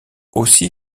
aussi